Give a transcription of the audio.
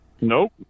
Nope